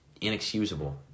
inexcusable